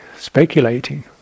Speculating